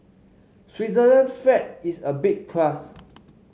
Switzerland's flag is a big plus